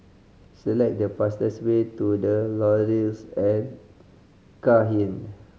select the fastest way to The Laurels at Cairnhill